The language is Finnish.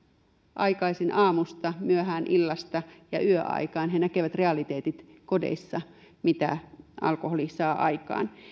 aikaisin aamusta myöhään illasta ja yöaikaan kodeissa ne realiteetit mitä alkoholi saa aikaan